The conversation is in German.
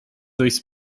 durchs